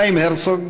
חיים הרצוג,